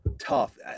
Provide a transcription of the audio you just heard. Tough